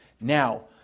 Now